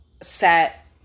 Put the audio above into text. set